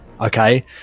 Okay